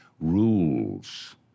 rules